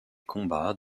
combats